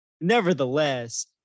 nevertheless